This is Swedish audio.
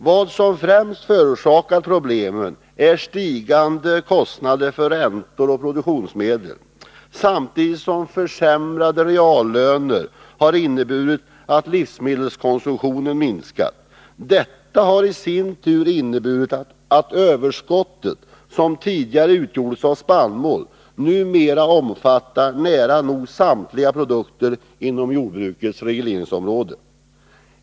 Vad som främst förorsakat problemen är stigande kostnader för räntor och produktionsmedel, samtidigt som försämrade reallöner har inneburit att livsmedelskonsumtionen minskat. Detta har i sin tur medfört att överskottet, som tidigare utgjordes av spannmål, numera omfattar nära nog samtliga produkter inom jordbrukets regleringsområde.